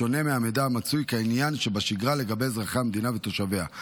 בשונה מהמידע המצוי כעניין שבשגרה לגבי אזרחי המדינה ותושביה.